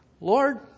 Lord